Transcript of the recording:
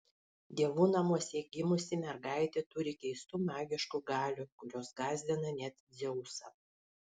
dievų namuose gimusi mergaitė turi keistų magiškų galių kurios gąsdina net dzeusą